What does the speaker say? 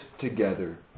together